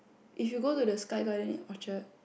if you go to the Sky-Garden Orchard